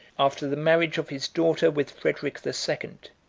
after the marriage of his daughter with frederic the second,